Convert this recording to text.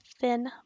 thin